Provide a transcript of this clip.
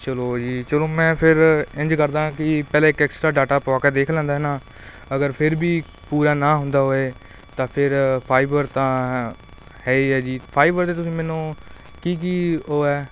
ਚਲੋ ਜੀ ਚਲੋ ਮੈਂ ਫਿਰ ਇੰਝ ਕਰਦਾ ਕਿ ਪਹਿਲਾਂ ਇੱਕ ਐਕਸਟਰਾ ਡਾਟਾ ਪਾ ਕੇ ਦੇਖ ਲੈਂਦਾ ਹੈ ਨਾ ਅਗਰ ਫਿਰ ਵੀ ਪੂਰਾ ਨਾ ਹੁੰਦਾ ਹੋਵੇ ਤਾਂ ਫਿਰ ਫਾਈਬਰ ਤਾਂ ਹੈ ਹੀ ਹੈ ਜੀ ਫਾਈਬਰ ਦੇ ਤੁਸੀਂ ਮੈਨੂੰ ਕੀ ਕੀ ਉਹ ਹੈ